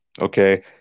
okay